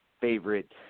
favorite